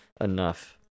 enough